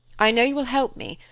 i know you will help me,